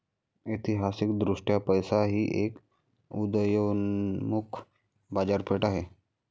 ऐतिहासिकदृष्ट्या पैसा ही एक उदयोन्मुख बाजारपेठ आहे